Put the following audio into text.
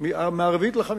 החמישית, מהרביעית לחמישית.